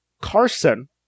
Carson